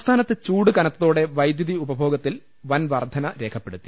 സംസ്ഥാനത്ത് ചൂട് കനത്തോടെ വൈദ്യുതി ഉപയോഗത്തിൽ വൻ വർധന രേഖപ്പെടുത്തി